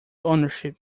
ownership